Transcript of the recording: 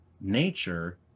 nature